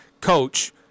coach